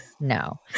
No